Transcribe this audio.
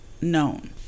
known